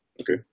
okay